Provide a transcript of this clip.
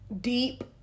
deep